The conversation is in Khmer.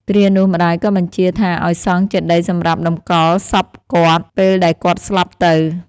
គ្រានោះ ម្តាយក៏បញ្ជាថាឱ្យសង់ចេតិយសម្រាប់តម្កល់សពគាត់ ពេលដែលគាត់ស្លាប់ទៅ